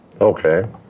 Okay